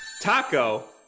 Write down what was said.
Taco